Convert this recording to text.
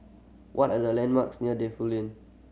what are the landmarks near Defu Lane